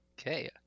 Okay